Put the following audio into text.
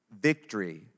victory